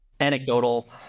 anecdotal